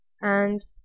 and